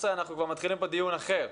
11:00 אנחנו מתחילים כאן דיון אחר.